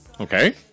Okay